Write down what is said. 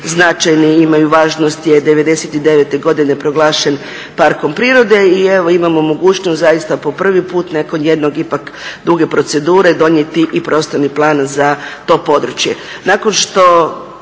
značajni i imaju važnost je '99. godine proglašen parkom prirode i evo, imamo mogućnost zaista po prvi puta nakon jednog ipak, duge procedure donijeti i prostorni plan za to područje.